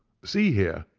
see here!